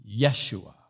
Yeshua